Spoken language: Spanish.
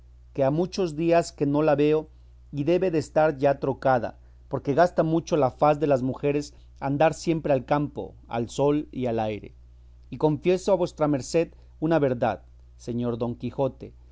que ha muchos días que no la veo y debe de estar ya trocada porque gasta mucho la faz de las mujeres andar siempre al campo al sol y al aire y confieso a vuestra merced una verdad señor don quijote